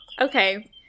Okay